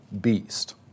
beast